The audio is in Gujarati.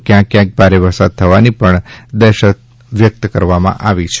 ક્યાંક ક્યાંક ભારે વરસાદ થવાની પણ દહેશત વ્યક્ત કરાઈ છે